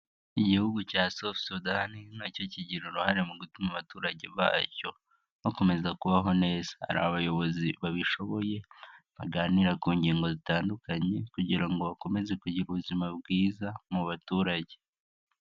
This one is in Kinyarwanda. Igihugu cya South Sudan nacyo kigira uruhare mu gutuma abaturage bacyo bakomeza kubaho neza, hari abayobozi babishoboye baganira ku ngingo zitandukanye, kugira ngo bakomeze kugira ubuzima bwiza mu baturage.